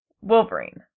Wolverine